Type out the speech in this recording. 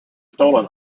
stolen